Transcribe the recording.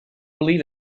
believe